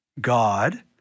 God